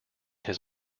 his